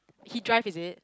he drive is it